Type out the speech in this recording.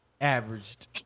averaged